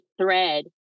thread